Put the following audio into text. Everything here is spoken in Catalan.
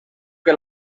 que